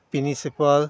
municipal